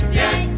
yes